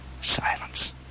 Silence